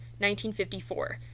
1954